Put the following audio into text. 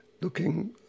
looking